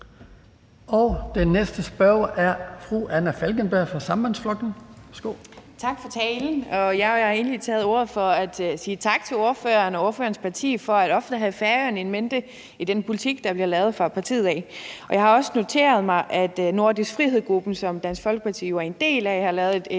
Den næste spørger er fru Anna Falkenberg fra Sambandsflokkurin. Værsgo. Kl. 12:31 Anna Falkenberg (SP): Tak for talen. Jeg har egentlig taget ordet for at sige tak til ordføreren og ordførerens parti for ofte at have Færøerne in mente i den politik, der bliver lavet fra partiets side. Jeg har også noteret mig, at Nordisk frihed-gruppen , som Dansk Folkeparti jo er en del af, har lavet et